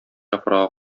яфрагы